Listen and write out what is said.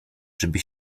żeby